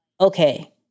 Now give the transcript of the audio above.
okay